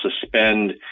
suspend